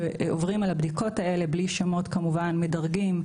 שעוברים על הבדיקות האלה בלי שמות כמובן מדרגים,